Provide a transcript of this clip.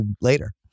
later